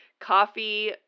coffee